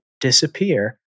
disappear